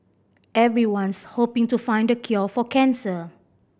everyone's hoping to find the cure for cancer